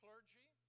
clergy